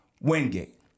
Wingate